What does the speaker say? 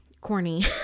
corny